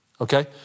okay